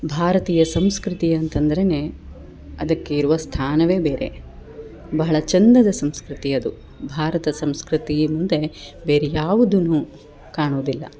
ಭಾರತೀಯ ಸಂಸ್ಕೃತಿ ಅಂತಂದ್ರೆ ಅದಕ್ಕಿರುವ ಸ್ಥಾನವೆ ಬೇರೆ ಬಹಳ ಚಂದದ ಸಂಸ್ಕೃತಿ ಅದು ಭಾರತ ಸಂಸ್ಕೃತಿ ಮುಂದೆ ಬೇರೆ ಯಾವುದನ್ನು ಕಾಣೋದಿಲ್ಲ